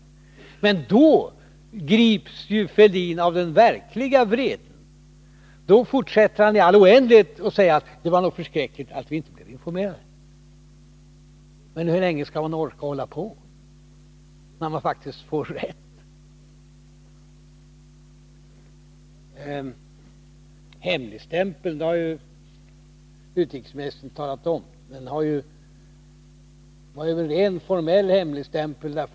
— När jag gör det, då grips herr Fälldin av den verkliga vreden. Då fortsätter han i all oändlighet att säga: Det var förskräckligt att vi inte blev informerade! Men hur länge skall han orka hålla på, när han faktiskt har fått rätt? Utrikesministern har talat om att hemligstämpeln var rent formell. Man ville vänta.